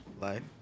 Life